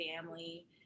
family